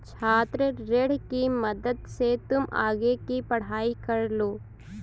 छात्र ऋण की मदद से तुम आगे की पढ़ाई कर लो